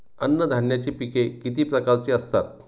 अन्नधान्याची पिके किती प्रकारची असतात?